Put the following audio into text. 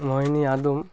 Mohini alum